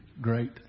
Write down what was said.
great